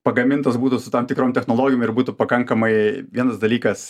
pagamintos būtų su tam tikrom technologijom ir būtų pakankamai vienas dalykas